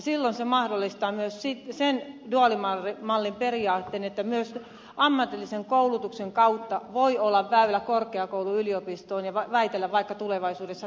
silloin se mahdollistaa myös sen duaalimallin periaatteen että myös ammatillisen koulutuksen kautta voi olla väylä korkeakouluyliopistoon ja väitellä vaikka tulevaisuudessa tohtoriksi